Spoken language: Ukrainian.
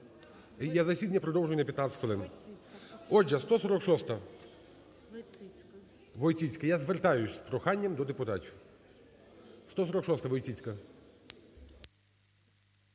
продовжую на 15 хвилин. Отже, 146-а. Войціцька. Я звертаюся з проханням до депутатів. 146-а. Войціцька.